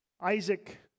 Isaac